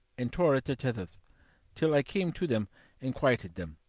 and tore at their tethers till i came to them and quieted them.